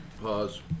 pause